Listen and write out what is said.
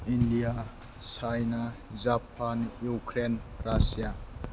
India China Japan Ukraine Russia